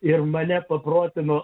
ir mane paprotino